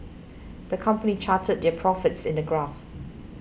the company charted their profits in a graph